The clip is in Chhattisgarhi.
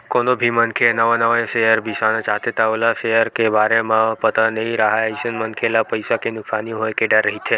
कोनो भी मनखे ह नवा नवा सेयर बिसाना चाहथे त ओला सेयर के बारे म पता नइ राहय अइसन मनखे ल पइसा के नुकसानी होय के डर रहिथे